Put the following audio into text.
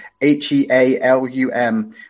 H-E-A-L-U-M